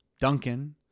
Duncan